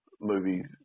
movies